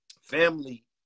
family